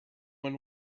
one